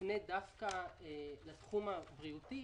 מופנה דווקא לתחום הבריאות,